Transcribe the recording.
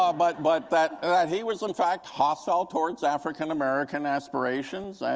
um but but that that he was, in fact, hostile towards african american aspirations,